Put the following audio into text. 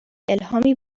الهامی